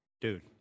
Dude